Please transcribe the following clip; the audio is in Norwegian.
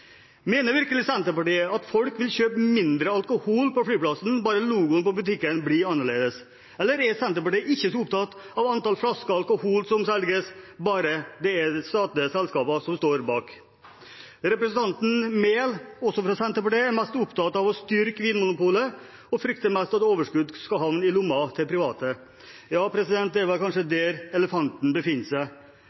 Mener virkelig Senterpartiet at folk vil kjøpe mindre alkohol på flyplassen bare logoen på butikken blir annerledes? Eller er Senterpartiet ikke så opptatt av antall flasker alkohol som selges, bare det er statlige selskaper som står bak? Representanten Enger Mehl, også fra Senterpartiet, er mest opptatt av å styrke Vinmonopolet og frykter at overskudd skal havne i lommene til private. Ja, det er vel kanskje der elefanten befinner seg: